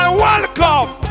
welcome